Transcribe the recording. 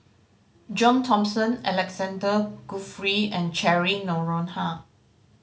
John Thomson Alexander Guthrie and Cheryl Noronha